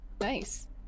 Nice